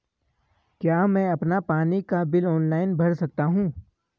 क्या मैं अपना पानी का बिल ऑनलाइन भर सकता हूँ?